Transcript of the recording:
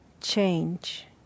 change